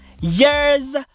years